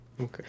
Okay